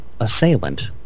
assailant